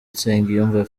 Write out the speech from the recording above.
nsengiyumva